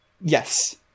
Yes